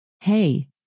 Hey